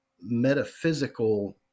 metaphysical